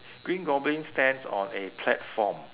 green goblin stands on a platform